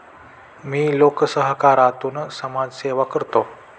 मी लोकसहकारातून समाजसेवा करतो